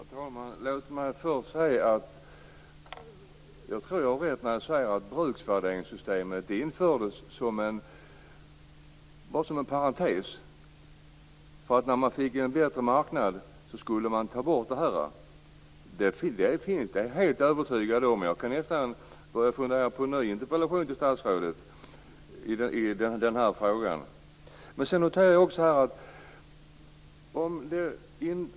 Herr talman! Låt mig först säga att jag tror att jag har rätt när jag säger att bruksvärderingssystemet bara infördes som en parentes. När man fick en bättre marknad skulle man ta bort det här. Det är jag helt övertygad om. Jag kan i efterhand börja fundera på en ny interpellation till statsrådet i den frågan. Sedan noterar jag också en annan sak.